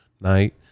night